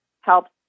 helps